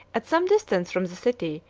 at some distance from the city,